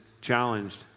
challenged